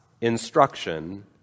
instruction